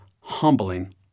humbling